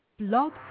blog